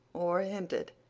or hinted,